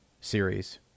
series